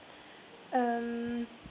um